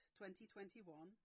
2021